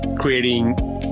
creating